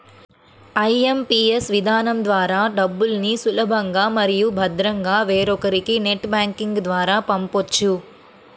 IMPS విధానం ద్వారా డబ్బుల్ని సులభంగా మరియు భద్రంగా వేరొకరికి నెట్ బ్యాంకింగ్ ద్వారా పంపొచ్చు